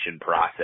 process